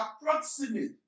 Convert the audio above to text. approximate